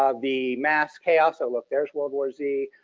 um the mass chaos oh look there's world war z,